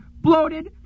bloated